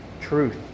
truth